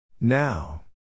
Now